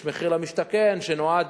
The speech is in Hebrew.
יש מחיר למשתכן, שנועד,